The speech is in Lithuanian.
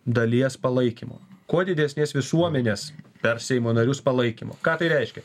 dalies palaikymo kuo didesnės visuomenės per seimo narius palaikymo ką tai reiškia